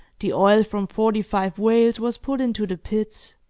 the oil from forty-five whales was put into the pits,